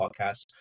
podcast